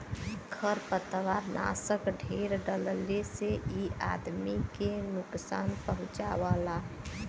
खरपतवारनाशक ढेर डलले से इ आदमी के नुकसान पहुँचावला